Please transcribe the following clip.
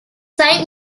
saint